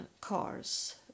cars